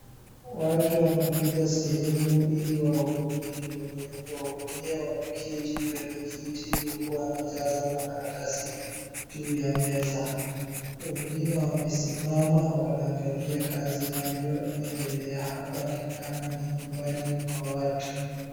Watu wamekuja sehemu ili wahudumiwe, wenye kuwaudumia wameketi kwenye kiti huku wanajaza makaratasi juu ya meza, wengine wamesimama wanaangalia kazi inavyoendelea, hapa ni kama ni nyumbani mwa watu.